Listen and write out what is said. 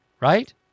right